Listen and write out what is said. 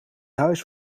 huis